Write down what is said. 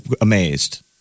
amazed